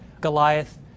Goliath